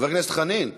חבר הכנסת חנין,